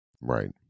right